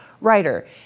writer